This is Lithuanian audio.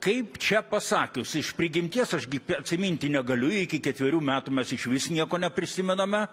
kaip čia pasakius iš prigimties aš gi atsiminti negaliu iki ketverių metų mes išvis nieko neprisimename